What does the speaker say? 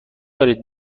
دارید